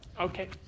okay